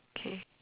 okay